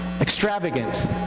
Extravagant